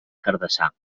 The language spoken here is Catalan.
cardassar